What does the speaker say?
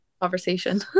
Conversation